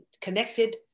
connected